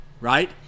right